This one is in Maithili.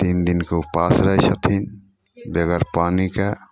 तीन दिनके उपास रहै छथिन बेगर पानीके